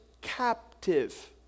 Captive